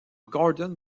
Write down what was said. gordon